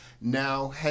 Now